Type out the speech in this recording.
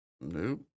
Nope